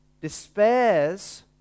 despairs